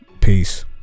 Peace